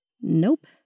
Nope